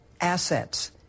assets